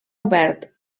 obert